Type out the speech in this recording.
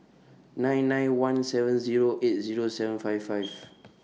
nine nine one seven Zero eight Zero seven five five